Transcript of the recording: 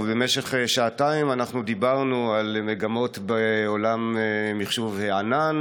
ובמשך שעתיים אנחנו דיברנו על מגמות בעולם מחשוב הענן,